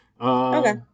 Okay